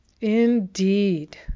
Indeed